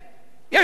יש תהליך.